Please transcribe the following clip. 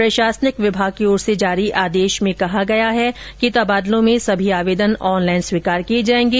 प्रशासनिक विभाग की ओर से जारी आदेश में कहा गया है कि ट्रांसफर में सभी आवेदन ऑनलाइन स्वीकार किए जाएंगे